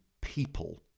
people